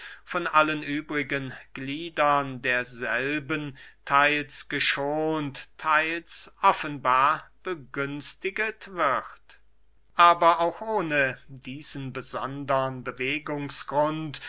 von allen übrigen gliedern derselben theils geschont theils offenbar begünstiget wird aber auch ohne diesen besondern